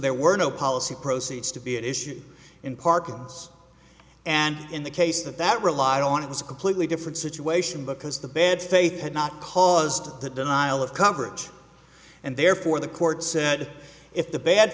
there were no policy proceeds to be an issue in parkinson's and in the case that that relied on it was a completely different situation because the bad faith had not caused the denial of coverage and therefore the court said if the bad